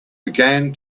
began